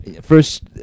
first